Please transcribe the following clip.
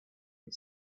and